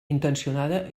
intencionada